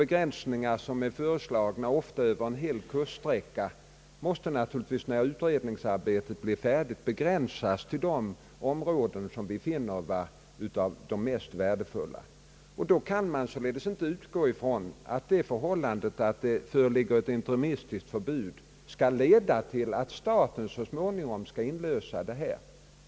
Begränsningar är ofta föreslagna i frågor som kan gälla t.ex. en hel kuststräcka, och förvärvet måste naturligtvis när utredningsarbetet blir färdigt begränsas till de områden som vi finner vara mest värdefuila. Man kan således inte utgå ifrån att det förhållandet, att det föreligger ett interimistiskt förbud, skall leda till att staten så småningom skall inlösa alltsammans.